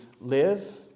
live